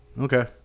Okay